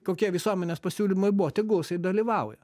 kokie visuomenės pasiūlymai buvo tegul jisai dalyvauja